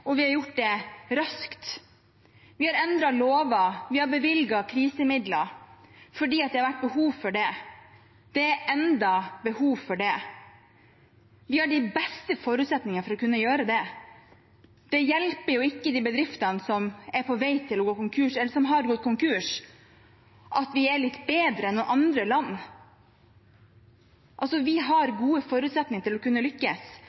og vi har gjort det raskt. Vi har endret lover, og vi har bevilget krisemidler fordi det har vært behov for det. Det er enda behov for det. Vi har de beste forutsetningene for å kunne gjøre det. Det hjelper ikke de bedriftene som er på vei til å gå konkurs eller som har gått konkurs, at vi er litt bedre enn noen andre land. Vi har gode forutsetninger for å kunne lykkes,